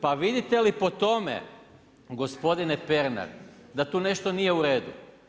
Pa vidite li po tome gospodine Pernar da tu nešto nije u redu.